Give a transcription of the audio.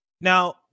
now